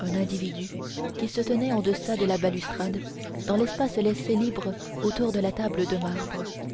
un individu qui se tenait en deçà de la balustrade dans l'espace laissé libre autour de la table de marbre